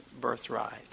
birthright